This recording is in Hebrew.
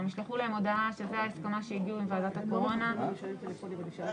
גיביתי אותך, גברתי יושבת הראש, אני חושב